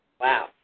Wow